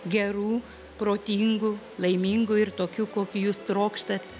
gerų protingų laimingų ir tokių kokių jūs trokštat